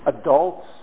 Adults